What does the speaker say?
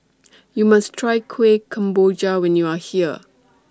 YOU must Try Kueh Kemboja when YOU Are here